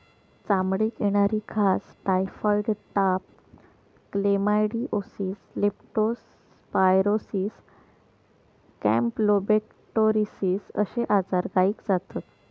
चामडीक येणारी खाज, टायफॉइड ताप, क्लेमायडीओसिस, लेप्टो स्पायरोसिस, कॅम्पलोबेक्टोरोसिस अश्ये आजार गायीक जातत